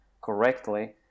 correctly